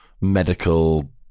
medical